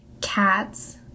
cats